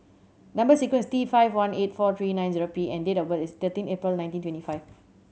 number sequence is T five one eight four three nine zero P and date of birth is thirteen April nineteen twenty five